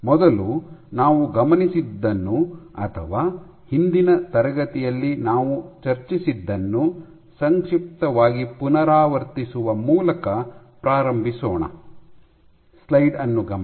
ಮೊದಲು ನಾವು ಗಮನಿಸಿದ್ದನ್ನು ಅಥವಾ ಹಿಂದಿನ ತರಗತಿಯಲ್ಲಿ ನಾವು ಚರ್ಚಿಸಿದ್ದನ್ನು ಸಂಕ್ಷಿಪ್ತವಾಗಿ ಪುನರಾವರ್ತಿಸುವ ಮೂಲಕ ಪ್ರಾರಂಭಿಸೋಣ